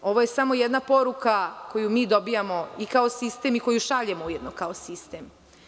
Ovo je samo jedne poruka koju mi dobijamo kao sistem i koju šaljemo kao sistem.